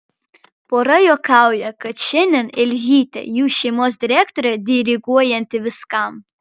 pora juokauja kad šiandien elzytė jų šeimos direktorė diriguojanti viskam